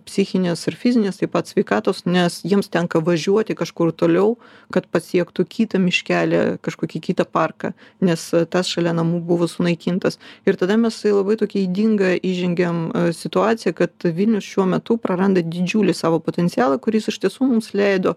psichinės ir fizinės taip pat sveikatos nes jiems tenka važiuoti kažkur toliau kad pasiektų kitą miškelį kažkokį kitą parką nes tas šalia namų buvo sunaikintas ir tada mes į labai tokią ydingą įžengiam situaciją kad vilnius šiuo metu praranda didžiulį savo potencialą kuris iš tiesų mums leido